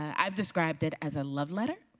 i've described it as a love letter,